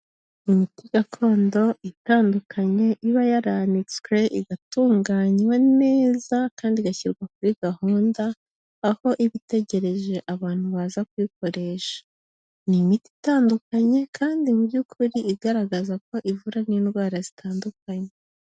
Imiti gakondo itandukanye iba yaranitswe igatunganywa neza, kandi igashyirwa kuri gahunda, aho iba itegereje abantu baza kuyikoresha, ni imiti itandukanye kandi mu by'ukuri igaragaza ko ivura n'indwara zitandukanye.